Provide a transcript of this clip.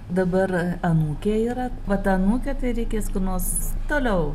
dabar anūkė yra vat anūkė tai reikės kur nors toliau